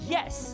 Yes